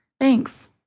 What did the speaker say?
Thanks